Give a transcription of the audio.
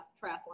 triathlon